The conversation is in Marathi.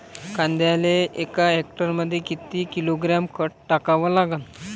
कांद्याले एका हेक्टरमंदी किती किलोग्रॅम खत टाकावं लागन?